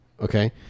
Okay